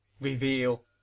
reveal